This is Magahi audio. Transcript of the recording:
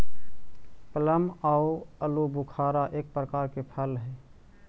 प्लम आउ आलूबुखारा एक प्रकार के फल हई